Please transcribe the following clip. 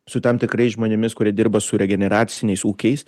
su tam tikrais žmonėmis kurie dirba su regeneraciniais ūkiais